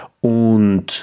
Und